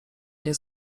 nie